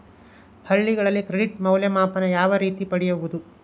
ಹಳ್ಳಿಗಳಲ್ಲಿ ಕ್ರೆಡಿಟ್ ಮೌಲ್ಯಮಾಪನ ಯಾವ ರೇತಿ ಪಡೆಯುವುದು?